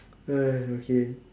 okay